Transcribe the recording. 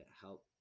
help